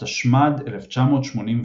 התשמ"ד–1984.